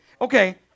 Okay